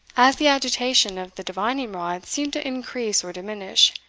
as the agitation of the divining-rod seemed to increase or diminish,